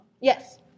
Yes